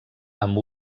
amb